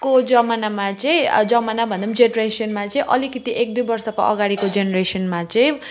को जमानामा चाहिँ जमाना भन्दा पनि जेनरेसनमा चाहिँ अलिकति एक दुई वर्षको अगाडिको जेनरेसनमा चाहिँ